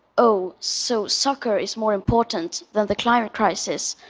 oh, so soccer is more important than the climate crisis.